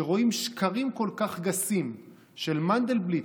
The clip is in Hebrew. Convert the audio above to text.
כשרואים שקרים כל כך גסים של מנדלבליט,